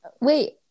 wait